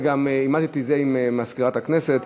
וגם אימתי את זה עם מזכירת הכנסת.